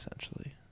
Essentially